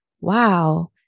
wow